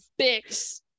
bix